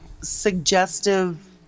suggestive